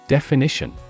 Definition